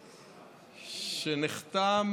שנחתם,